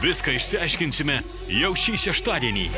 viską išsiaiškinsime jau šį šeštadienį